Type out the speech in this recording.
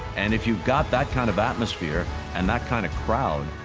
and if you got that kind of atmosphere and that kind of crowd,